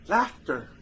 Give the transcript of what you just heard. Laughter